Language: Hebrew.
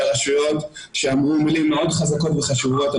הרשויות שאמרו מלים מאוד חזקות וחשובות.